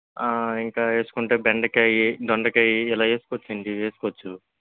ఇంకా వేసుకుంటే బెండకాయి దొండకాయి ఇలా వేసుకోవచ్చండి వేసుకోవచ్చు